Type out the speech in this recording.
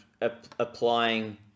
applying